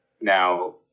Now